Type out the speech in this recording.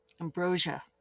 ambrosia